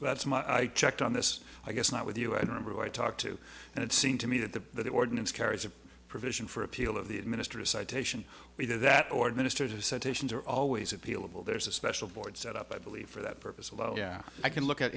that's much i checked on this i guess not with you i remember when i talked to and it seemed to me that the ordinance carries a provision for appeal of the administer a citation either that or administered a set ations are always appealable there's a special board set up i believe for that purpose alone yeah i can look at